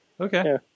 Okay